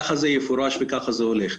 ככה זה יפורש וככה זה הולך.